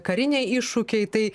kariniai iššūkiai tai